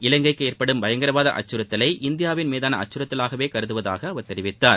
இலங்கைக்கு ஏற்படும் பயங்கரவாத அச்கறுத்தலை இந்தியாவின் மீதான அச்கறுத்தலாக கருதுவதாகவே அவர் தெரிவித்தார்